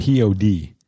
Pod